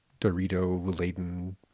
Dorito-laden